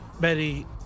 Betty